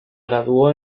graduó